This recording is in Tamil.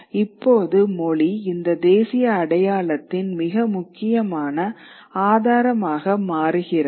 இப்போது மொழி இந்த தேசிய அடையாளத்தின் மிக முக்கியமான ஆதாரமாக மாறுகிறது